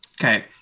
Okay